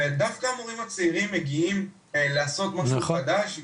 ודווקא המורים הצעירים מגיעים לעשות משהו חדש,